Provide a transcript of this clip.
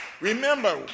Remember